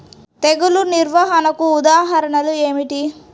తెగులు నిర్వహణకు ఉదాహరణలు ఏమిటి?